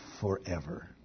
forever